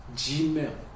gmail